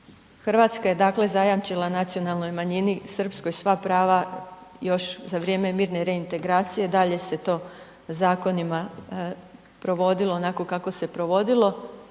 Hrvatska je dakle zajamčila nacionalnoj manjini srpskoj sva prava još za vrijeme mirne reintegracije, dalje se to zakonima provodilo onako kako se provodilo.